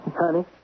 Honey